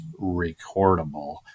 recordable